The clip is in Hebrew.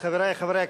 חברי חברי הכנסת,